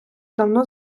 давно